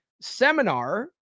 seminar